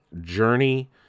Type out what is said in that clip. Journey